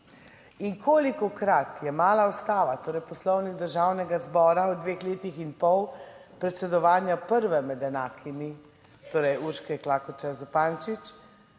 In kolikokrat je mala ustava, torej Poslovnik Državnega zbora, v dveh letih in pol predsedovanja prve med enakimi, torej Urške Klakočar Zupančič,